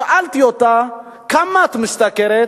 שאלתי אותה: כמה את משתכרת?